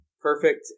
perfect